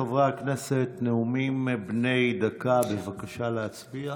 חברי הכנסת, נאומים בני דקה, בבקשה להצביע.